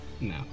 No